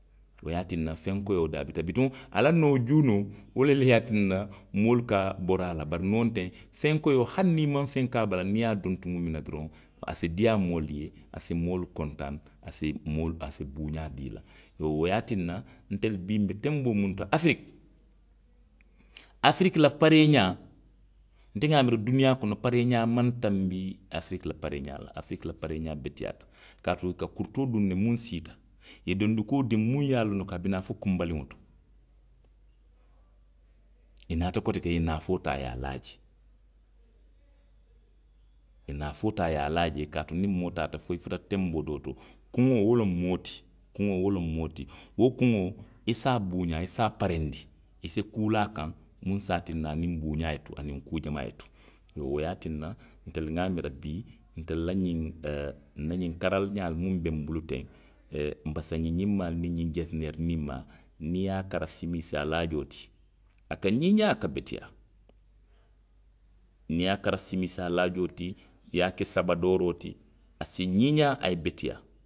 Wo ye a tinna feŋ koyoo beteyaata. Bituŋo, a la noo junoo wo le le ye a tinna moolu ka bori a la. bari niŋ wo nteŋ feŋ koyoo, hani niŋ i maŋ feŋ ke a bala, niŋ i ye a duŋ tumoo miŋ na doroŋ, a si diiyaa moolu ye. a si moolu kontaani, a si moolu, a si buuaa dii i la. Iyoo, wo ye a tinna, ntelu bii nbe tenboo muŋ to afiriki, afiriki la pareeňaa, nte wa a miira duniyaa kono pareeňaa maŋ tanbi afiriki la pareeňaa la, afiriki la pareeňaa beteyaata. Kaati i ka kurutoo duŋ ne muŋ siita, i ye dondikoo duŋ muŋ ye a loŋ ne ko a bi naa la fo kunbaliŋo to. I naata koteke i ye naafoo taa i ye a laa je. i ye naafoo taa i ye a laa jee kaati niŋ moo taata fo i futata tenboo doo to, kuŋo wo loŋ moo ti. Kuŋo wo loŋ moo ti. Wo kuŋo, i si a buuňaa, i si a pareendi. i si kuu laa a kaŋ. muŋ si a tinna haniŋ buuňaa ye tu, aniŋ kuu jamaa ye tu. Iyoo, wo ye a tinna, ntelu nŋa a miira bii, ntelu la ňiŋ, nna ňiŋ karaliňaalu minnu be nbuluteŋ,. nbasaxi ňinmaalu niŋ ňiŋ jeesineeri ňinmaalu, niŋ i ye a kara simisi alaajoo ti. a ka ňiiňaa, a ka beteyaa. Niŋ i ye a kara simisi alaajoo ti, i ye a ke sabadooroo ti, a si ňiiňaa, a ye beteyaa